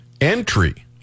entry